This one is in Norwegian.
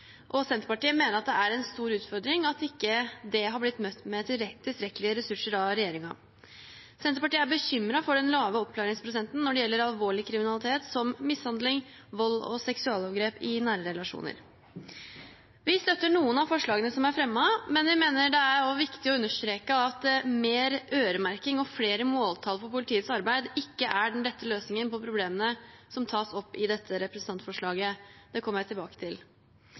og Senterpartiet mener at det er en stor utfordring at det ikke er blitt møtt av tilstrekkelige ressurser fra regjeringen. Senterpartiet er bekymret over den lave oppklaringsprosenten når det gjelder alvorlig kriminalitet som mishandling, vold og seksualovergrep i nære relasjoner. Vi støtter noen av forslagene som er fremmet, men vi mener det også er viktig å understreke at mer øremerking og flere måltall for politiets arbeid ikke er den rette løsningen på problemene som tas opp i dette representantforslaget. Det kommer jeg tilbake til.